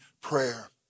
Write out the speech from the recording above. prayer